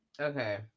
Okay